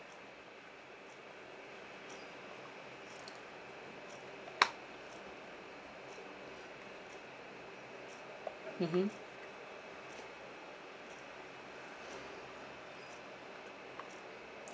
mmhmm